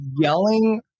Yelling